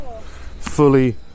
fully